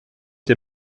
der